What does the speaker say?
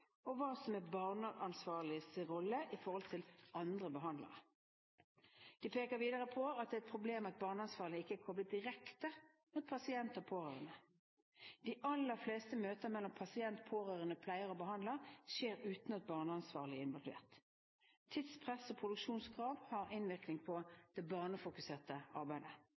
over hva som er barneansvarliges rolle i forhold til andre behandlere. De peker videre på at det er et problem at barneansvarlige ikke er blitt koblet direkte mot pasient og pårørende. De aller fleste møter mellom pasient, pårørende, pleier og behandler skjer uten at barneansvarlige er involvert. Tidspress og produksjonskrav har innvirkning på det barnefokuserte arbeidet.